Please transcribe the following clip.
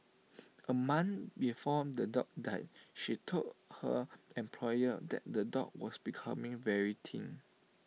A month before the dog died she told her employer that the dog was becoming very thin